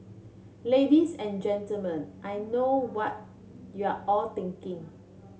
ladies and Gentlemen I know what you're all thinking